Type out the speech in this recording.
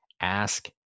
ask